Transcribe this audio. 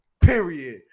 period